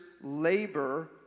labor